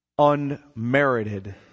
unmerited